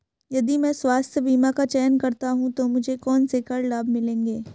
यदि मैं स्वास्थ्य बीमा का चयन करता हूँ तो मुझे कौन से कर लाभ मिलेंगे?